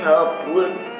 upward